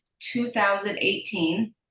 2018